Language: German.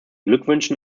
glückwünschen